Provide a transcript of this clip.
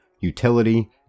utility